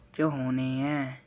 च होने ऐ